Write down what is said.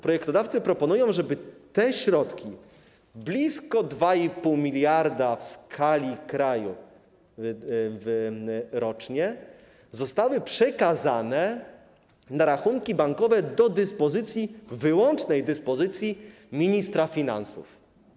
Projektodawcy proponują, żeby te środki, blisko 2,5 mld w skali kraju rocznie, zostały przekazane na rachunki bankowe do dyspozycji, wyłącznej dyspozycji, ministra finansów.